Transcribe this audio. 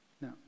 No